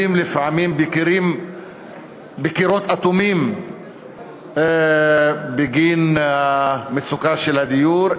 לפעמים בקירות אטומים בגין מצוקת הדיור,